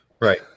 Right